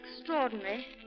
extraordinary